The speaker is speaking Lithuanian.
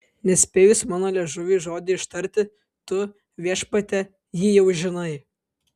nespėjus mano liežuviui žodį ištarti tu viešpatie jį jau žinai